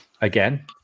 again